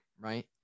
right